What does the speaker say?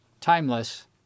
timeless